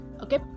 okay